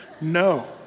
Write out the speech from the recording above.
No